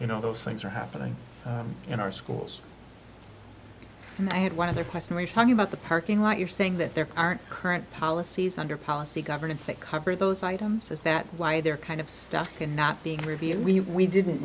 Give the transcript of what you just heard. you know those things are happening in our schools and i had one other question we're talking about the parking lot you're saying that there aren't current policies under policy governance that cover those items is that why they're kind of stuck and not being reviewed we didn't